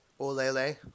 Olele